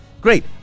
Great